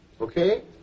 Okay